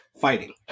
fighting